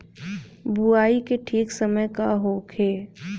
बुआई के ठीक समय का होखे?